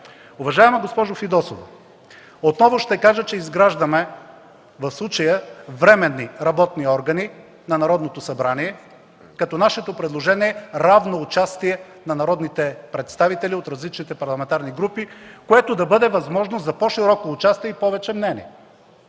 Уважаема госпожо Фидосова, отново ще кажа, че изграждаме – в случая временни работни органи на Народното събрание, като нашето предложение е равно участие на народните представители от различните парламентарни групи, което да бъде възможност за по-широко участие и повече мнения.